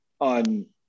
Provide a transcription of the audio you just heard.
on